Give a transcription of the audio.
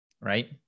right